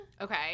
Okay